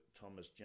Thomas